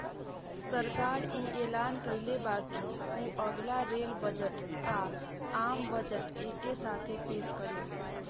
सरकार इ ऐलान कइले बा की उ अगला रेल बजट आ, आम बजट एके साथे पेस करी